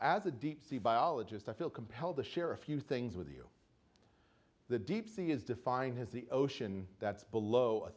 as a deep sea biologist i feel compelled to share a few things with you the deep sea is defined as the ocean that's below a